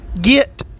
get